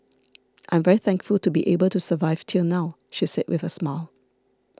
I am very thankful to be able to survive till now she said with a smile